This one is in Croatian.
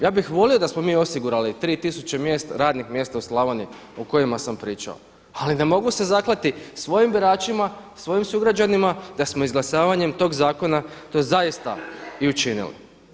Ja bih volio da smo mi osigurali tri tisuće radnih mjesta u Slavoniji o kojima sam pričao, ali ne mogu se zakleti svojim biračima, svojim sugrađanima da smo izglasavanjem tog zakona to zaista i učinili.